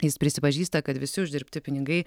jis prisipažįsta kad visi uždirbti pinigai